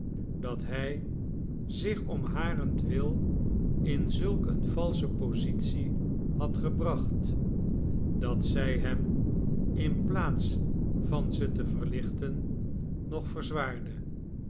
dat hij zich om harentwil in zulk een valsche positie had gebracht dat zij hem in plaats van ze te verlichten nog